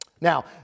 Now